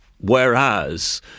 whereas